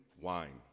wine